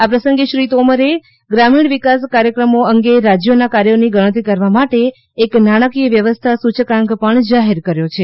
આ પ્રસંગે શ્રી તોમરે ગ્રામીણ વિકાસ કાર્યક્રમો અંગે રાજ્યોના કાર્યોની ગણતરી કરવા માટે એક નાણાકીય વ્યવસ્થા સૂંચકાંક પણ જાહેર કર્યો છે